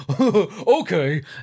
okay